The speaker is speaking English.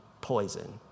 poison